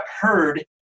heard